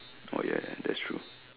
oh ya that's true